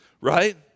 right